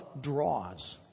draws